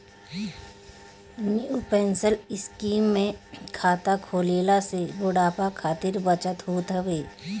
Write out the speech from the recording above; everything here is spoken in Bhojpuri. न्यू पेंशन स्कीम में खाता खोलला से बुढ़ापा खातिर बचत होत हवे